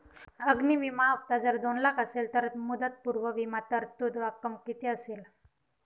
अग्नि विमा हफ्ता जर दोन लाख असेल तर मुदतपूर्व विमा तरतूद रक्कम किती असेल?